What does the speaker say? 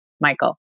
Michael